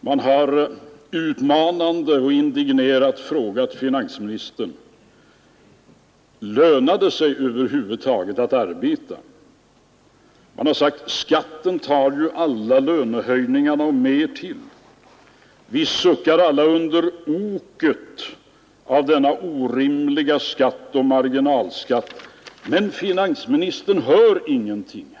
Man har utmanande och indignerat frågat finansministern: ”Lönar det sig över huvud taget att arbeta? Skatten tar ju alla lönehöjningarna och mer till. Vi suckar alla under oket av denna orimliga skatt och marginalskatt, men finansministern hör ingenting.